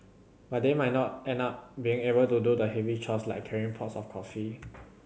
but they might not and not be able to do the heavy chores like carrying pots of coffee